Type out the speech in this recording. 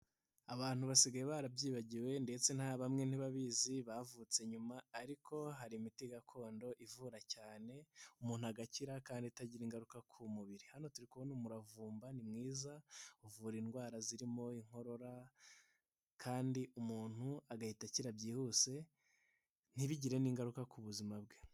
Abantu basigaye barabyibagiwe ndetse na bamwe ntibabizi bavutse nyuma, ariko hari imiti gakondo ivura cyane umuntu agakira kandi itagira ingaruka ku mubiri. Hano turi kubona umuravumba ni mwiza, uvura indwara zirimo inkorora kandi umuntu agahita akira byihuse, ntibigire n'ingaruka ku buzima bwe.